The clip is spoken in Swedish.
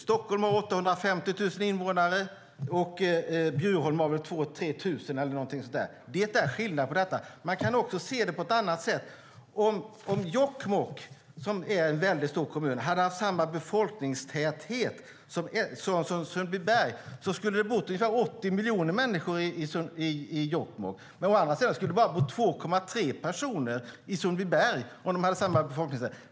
Stockholm har 850 000 invånare, och Bjurholm har 2 000-3 000 invånare. Det är skillnad. Man kan också göra en annan jämförelse. Om Jokkmokk, som är en väldigt stor kommun, hade haft samma befolkningstäthet som Sundbyberg skulle det bo ungefär 80 miljoner människor i Jokkmokk. Å andra sidan skulle det bara bo 2,3 personer i Sundbyberg.